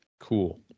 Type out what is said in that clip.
Cool